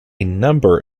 number